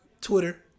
Twitter